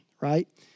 right